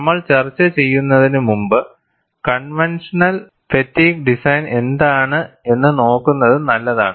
നമ്മൾ ചർച്ച ചെയ്യുന്നതിന് മുമ്പ് കോൺവെൻഷണൽ ഫാറ്റിഗ് ഡിസൈൻ എന്താണ് എന്ന്നോക്കുന്നത് നല്ലതാണ്